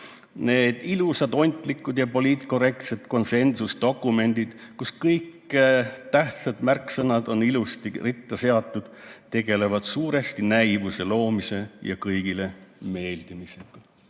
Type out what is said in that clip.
"Need ilusad, ontlikud ja poliitkorrektsed konsensusdokumendid, kus kõik tähtsad märksõnad on ilusasti ritta seatud, tegelevad suuresti näivuse loomise ja kõigile meeldimisega."